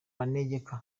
manegeka